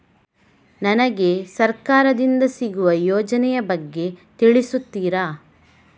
ನನಗೆ ಸರ್ಕಾರ ದಿಂದ ಸಿಗುವ ಯೋಜನೆ ಯ ಬಗ್ಗೆ ತಿಳಿಸುತ್ತೀರಾ?